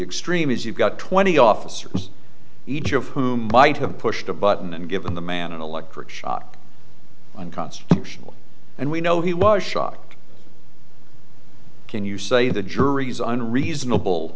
extreme is you've got twenty officers each of whom might have pushed a button and given the man an electric shock unconstitutional and we know he was shocked can you say the jury's unreasonable